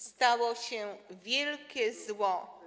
Stało się wielkie zło.